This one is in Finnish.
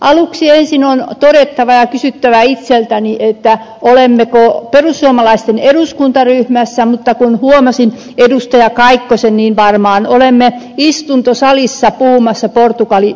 aluksi on kysyttävä itseltäni olemmeko perussuomalaisten eduskuntaryhmässä mutta kun huomasin edustaja kaikkosen niin varmaan olemme istuntosalissa puhumassa portugali tukipaketista